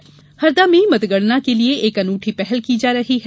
महिला मतगणना हरदा में मतगणना के लिए एक अनूठी पहल की जा रही है